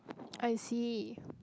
I see